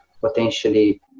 potentially